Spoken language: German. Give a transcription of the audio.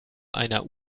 einer